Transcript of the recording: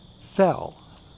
fell